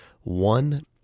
one